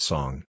Song